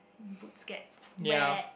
boots get wet